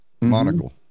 monocle